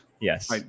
Yes